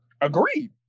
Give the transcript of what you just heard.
Agreed